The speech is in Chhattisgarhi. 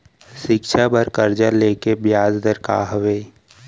शिक्षा बर कर्जा ले के बियाज दर का हवे?